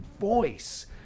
voice